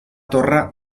torre